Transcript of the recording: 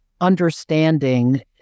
understanding